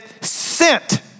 sent